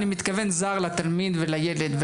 אני מתכוון זר לתלמיד ולילד,